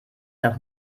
nach